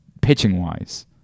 pitching-wise